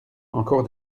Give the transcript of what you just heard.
encore